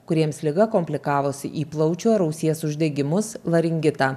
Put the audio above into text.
kuriems liga komplikavosi į plaučių ar ausies uždegimus laringitą